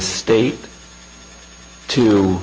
state to